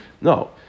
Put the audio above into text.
No